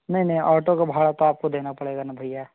नहीं नहीं ऑटो को भाड़ा तो आपको देना पड़ेगा ना भैया